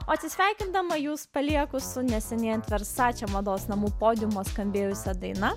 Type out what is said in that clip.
o atsisveikindama jus palieku su neseniai ant versace mados namų podiumo skambėjusi daina